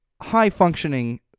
high-functioning